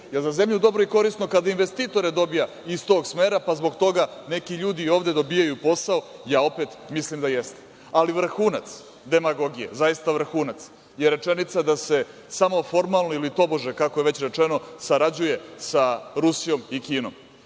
Jel za zemlju dobro i korisno kada investitore dobija iz tog smera, pa zbog toga neki ljudi ovde dobijaju posao? Ja opet mislim da jeste. Ali vrhunac demagogije, zaista vrhunac, je rečenica da se samo formalno ili tobože, kako je već rečeno, sarađuje sa Rusijom i Kinom.